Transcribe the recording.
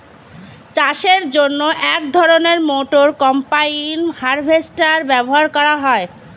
চাষের জন্য এক ধরনের মোটর কম্বাইন হারভেস্টার ব্যবহার করা হয়